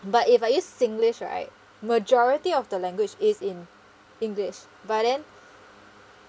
but if I use singlish right majority of the language is in english but then